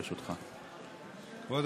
חבר הכנסת מתן כהנא,